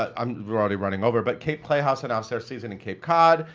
um we're already running over, but cape playhouse announced their season in cape cod.